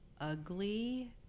ugly